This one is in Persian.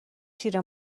شیر